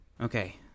Okay